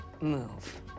move